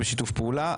בשיתוף פעולה.